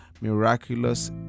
miraculous